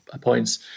points